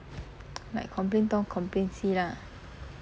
like complain 东 complain 西 lah